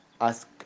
ask